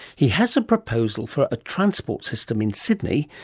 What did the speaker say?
he has a proposal for a transport system in sydney,